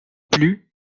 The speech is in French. plu